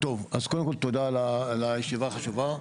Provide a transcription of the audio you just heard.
טוב, אז קודם כל תודה על הישיבה החשובה.